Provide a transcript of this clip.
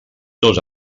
dos